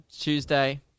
Tuesday